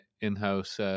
in-house